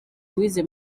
louise